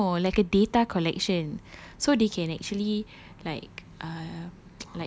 no like a data collection so they can actually like uh